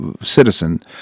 citizen